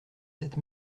sept